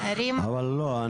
אבל לא,